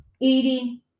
eating